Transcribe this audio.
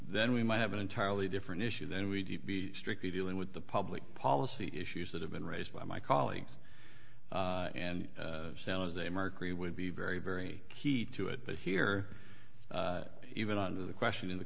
then we might have an entirely different issue then we'd be strictly dealing with the public policy issues that have been raised by my colleagues and they mercury would be very very key to it but here even out of the question in the